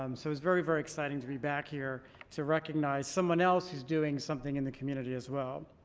um so it was very very exciting to be back here to recognize someone else who's doing something in the community as well.